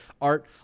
Art